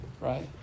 Right